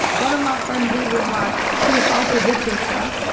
one of my friends even, like, she assaulted the teacher.